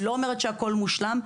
אני לא אומרת שהכול מושלם,